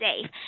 safe